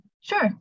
Sure